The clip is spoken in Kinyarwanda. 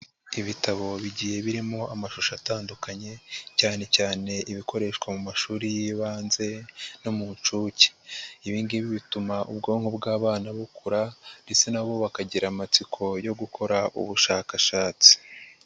Ibitabo bigiye birimo amashusho atandukanye cyanecyane ibikoreshwa mu mashuri y'ibanze no mu nshuke, ibi ngibi bituma ubwonko bw'abana bukura ndetse na bo bakagira amatsiko yo gukora ubushakashatsi.